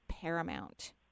paramount